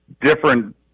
different